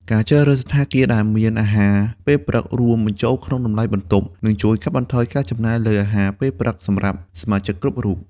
ការជ្រើសរើសសណ្ឋាគារដែលមានអាហារពេលព្រឹករួមបញ្ចូលក្នុងតម្លៃបន្ទប់ នឹងជួយកាត់បន្ថយការចំណាយលើអាហារពេលព្រឹកសម្រាប់សមាជិកគ្រប់រូប។